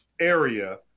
area